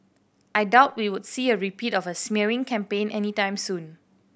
I doubt we would see a repeat of a smearing campaign any time soon